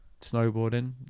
snowboarding